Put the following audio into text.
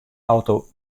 auto